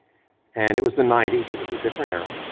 and it was the ninety s, it was a different era,